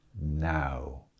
now